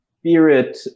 spirit